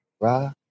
rock